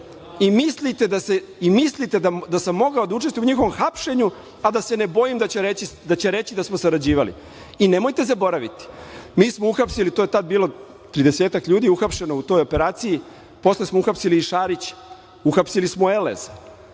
Mislite da sam mogao da učestvujem u njegovom hapšenju, a da se ne bojim da će reći da smo sarađivali? Nemojte zaboraviti, mi smo uhapsili, to je tad bilo, tridesetak ljudi je uhapšeno u toj operaciji, posle smo uhapsili i Šarića, uhapsili smo i Elez